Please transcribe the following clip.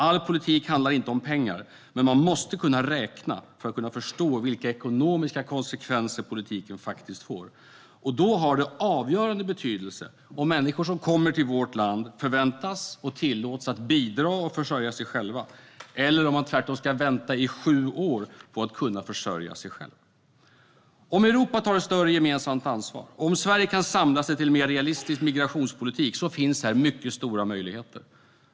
All politik handlar inte om pengar, men man måste kunna räkna för att kunna förstå vilka ekonomiska konsekvenser politiken faktiskt får. Då har det avgörande betydelse om människor som kommer till vårt land förväntas och tillåts bidra och försörja sig själva eller om de tvärtom ska vänta i sju år på att kunna försörja sig själva. Om Europa tar ett större gemensamt ansvar och om Sverige kan samla sig till en mer realistisk migrationspolitik finns här mycket stora möjligheter.